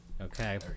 Okay